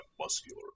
muscular